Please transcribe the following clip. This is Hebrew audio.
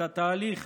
את התהליך